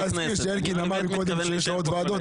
שאלקין אמר קודם שיש לו עוד ועדות,